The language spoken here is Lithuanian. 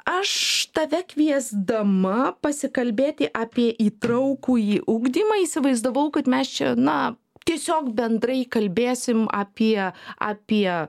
aš tave kviesdama pasikalbėti apie įtraukųjį ugdymą įsivaizdavau kad mes čia na tiesiog bendrai kalbėsim apie apie